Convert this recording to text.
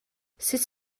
sut